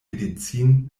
medizin